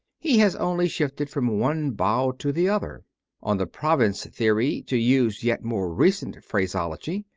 he has only shifted from one bough to the other on the pro vince theory, to use yet more recent phraseology,